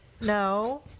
No